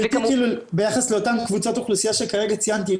ביחס לאותן קבוצות אוכלוסייה שכרגע ציינתי,